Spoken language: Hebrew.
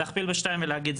להכפיל בשניים ולהגיד,